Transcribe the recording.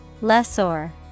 Lessor